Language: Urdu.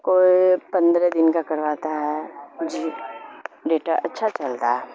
کوئی پندرہ دن کا کرواتا ہے جی ڈیٹا اچھا چلتا ہے